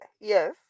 Yes